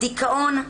הדיכאון שורץ.